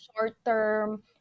short-term